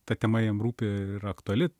ta tema jiem rūpi ir aktuali